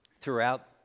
throughout